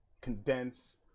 condense